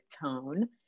tone